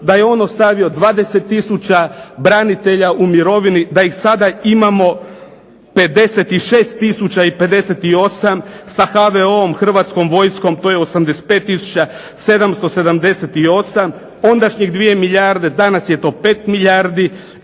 da je on ostavio 20 tisuća branitelja u mirovini, da ih sada imamo 56 tisuća i 58. Sa HVO-om, Hrvatskom vojskom to je 85 tisuća 778. Ondašnjih 2 milijarde danas je to 5 milijardi.